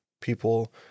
People